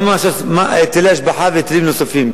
גם היטלי השבחה והיטלים נוספים.